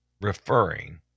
referring